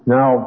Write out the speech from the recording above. Now